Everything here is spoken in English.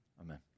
Amen